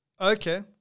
Okay